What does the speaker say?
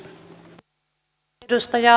arvoisa puhemies